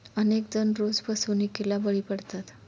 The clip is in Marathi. अनेक जण रोज फसवणुकीला बळी पडतात